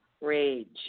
Rage